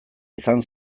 izan